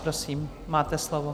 Prosím, máte slovo.